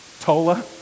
Tola